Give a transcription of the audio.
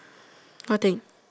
what thing